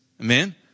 Amen